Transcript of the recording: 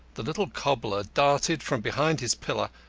the little cobbler darted from behind his pillar,